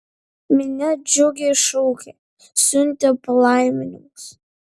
minia džiugiai šaukė siuntė palaiminimus